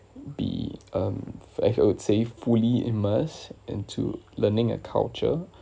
be um if I would say fully immersed into learning a culture